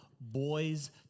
boys